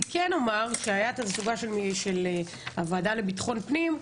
אני כן אומר שזה היה חסר בתצוגה בפני הוועדה לביטחון הפנים.